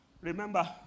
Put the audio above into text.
remember